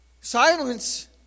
Silence